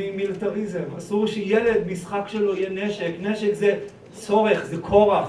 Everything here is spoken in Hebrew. מיליטריזם, אסור שילד משחק שלו יהיה נשק, נשק זה צורך, זה כורח,